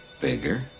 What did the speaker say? Bigger